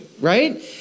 Right